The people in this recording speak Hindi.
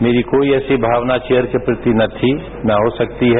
मेरी कोई ऐसी भावना चेयर के प्रति न थी न हो सकती है